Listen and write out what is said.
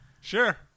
Sure